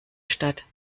statt